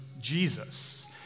Jesus